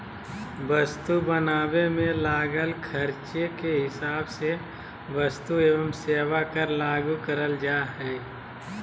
वस्तु बनावे मे लागल खर्चे के हिसाब से वस्तु एवं सेवा कर लागू करल जा हय